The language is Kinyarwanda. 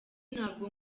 nabwo